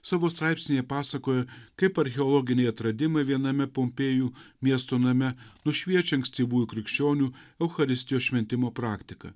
savo straipsnyje pasakoja kaip archeologiniai atradimai viename pompėjų miesto name nušviečia ankstyvųjų krikščionių eucharistijos šventimo praktiką